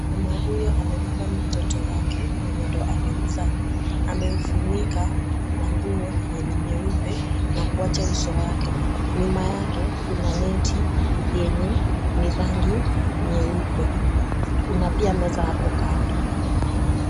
Mama huyo amebeba mtoto wake mwenye ndio amemzaa, amemfunika na nguo yenye ni nyeupe na kuwacha uso wake. Nyuma yake kuna neti yenye ni rangi nyeupe. Kuna pia meza hapo kando.